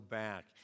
back